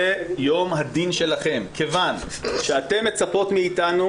זה יום הדין שלכם כיוון שאתן מצפות מאתנו,